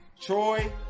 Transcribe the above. Troy